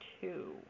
two